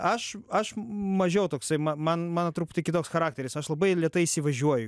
aš aš mažiau toksai ma man mano truputį kitoks charakteris aš labai lėtai įsivažiuoju